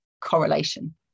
correlation